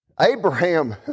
Abraham